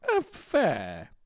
Fair